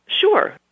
Sure